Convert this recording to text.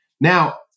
Now